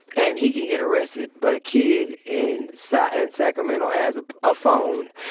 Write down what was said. and he can get arrested. but a kid in so and sacramento has ah a phone,